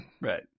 Right